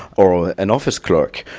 or an office clerk.